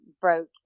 broke